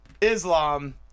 Islam